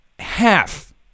Half